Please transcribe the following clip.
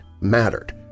mattered